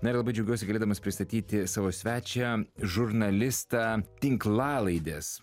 na ir labai džiaugiuosi galėdamas pristatyti savo svečią žurnalistą tinklalaidės